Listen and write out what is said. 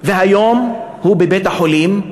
והיום הוא בבית-החולים,